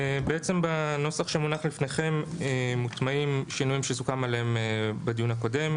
בנוסח שמונח לפניכם מוטמעים שינויים שסוכם עליהם בדיון הקודם.